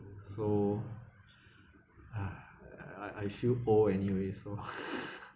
so I I feel old anyway so